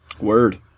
Word